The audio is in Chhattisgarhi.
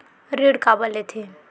ऋण काबर लेथे?